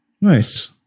Nice